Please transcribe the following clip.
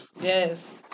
Yes